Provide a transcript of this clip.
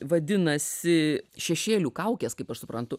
vadinasi šešėlių kaukės kaip aš suprantu